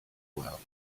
well